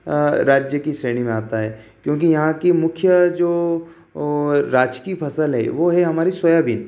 राज्य की श्रेणी में आता है क्योंकि यहाँ की मुख्य जो राजकीय फसल है वो है हमारी सोयाबीन